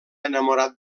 enamorat